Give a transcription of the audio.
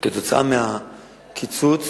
עקב הקיצוץ